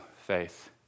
faith